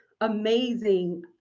amazing